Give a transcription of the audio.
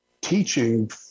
teaching